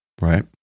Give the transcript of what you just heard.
Right